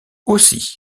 aussi